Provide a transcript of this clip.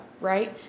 right